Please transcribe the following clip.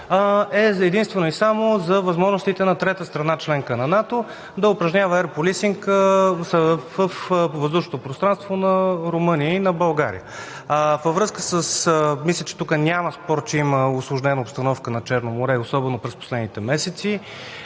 е единствено и само за възможностите на трета страна – членка на НАТО да упражнява Air Policing във въздушното пространство на Румъния и на България. Мисля, че тук няма спор, че има усложнена обстановка над Черно море, особено през последните месеци